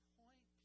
point